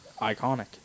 Iconic